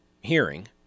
hearing